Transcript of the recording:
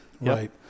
right